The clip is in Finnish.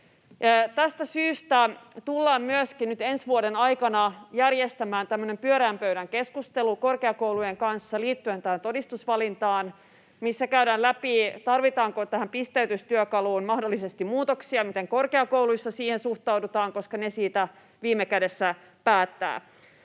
Tästä syystä tullaan myöskin nyt ensi vuoden aikana järjestämään korkeakoulujen kanssa tähän todistusvalintaan liittyen pyöreän pöydän keskustelu, missä käydään läpi sitä, tarvitaanko tähän pisteytystyökaluun mahdollisesti muutoksia ja miten korkeakouluissa siihen suhtaudutaan, koska ne siitä viime kädessä päättävät.